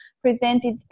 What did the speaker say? presented